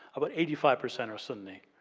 but eighty five percent are suni.